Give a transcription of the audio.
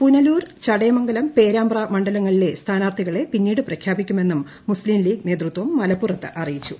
പുനലൂർ ചടയമംഗലം പേരാമ്പ്ര മണ്ഡലങ്ങളില്ലെ സ്ഥാനാർത്ഥികളെ പിന്നീട് പ്രഖ്യാപിക്കുമെന്നും മുസ്ലിം ലീഗ് നേതൃത്വം മലപ്പുറത്ത് അറിയിച്ചു